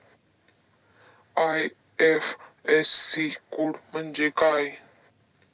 IFSC code म्हणजे काय?